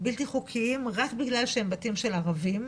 בלתי חוקיים, רק בגלל שהם בתים של ערבים.